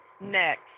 Next